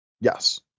Yes